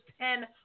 Ten